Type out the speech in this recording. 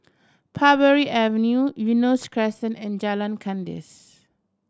Parbury Avenue Eunos Crescent and Jalan Kandis